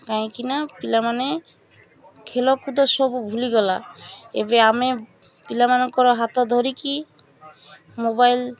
କାହିଁକିନା ପିଲାମାନେ ଖେଲକୁଦ ସବୁ ଭୁଲିଗଲା ଏବେ ଆମେ ପିଲାମାନଙ୍କର ହାତ ଧରିକି ମୋବାଇଲ୍